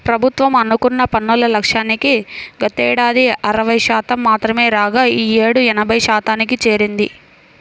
ప్రభుత్వం అనుకున్న పన్నుల లక్ష్యానికి గతేడాది అరవై శాతం మాత్రమే రాగా ఈ యేడు ఎనభై శాతానికి చేరింది